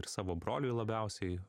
ir savo broliui labiausiai